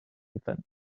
defense